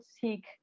seek